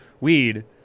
weed